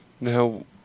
Now